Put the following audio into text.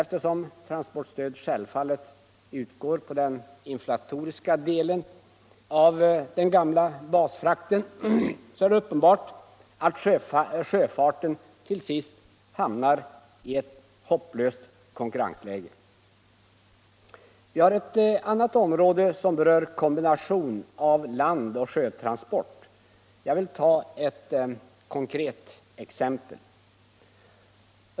Eftersom transportstöd självfallet utgår på den inflatoriska delen av den gamla basfrakten, är det uppenbart att sjöfarten till sist hamnar i ett hopplöst konkurrensläge. Vi har ett annat område som berör kombinationen av landoch sjötransport. Låt mig ta ett konkret exempel.